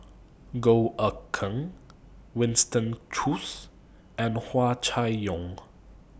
Goh Eck Kheng Winston Choos and Hua Chai Yong